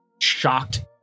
shocked